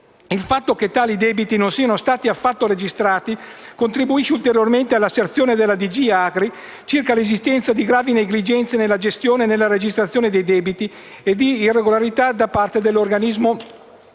il fatto che tali debiti non siano stati affatto registrati contribuisce ulteriormente all'asserzione della DG AGRI circa l'esistenza di gravi negligenze nella gestione e nella registrazione dei debiti e di irregolarità da parte dell'organismo